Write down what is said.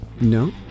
No